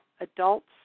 adults